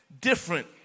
different